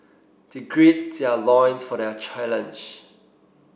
they grid their loins for their challenge